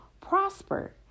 prosper